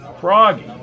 Froggy